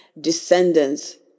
descendants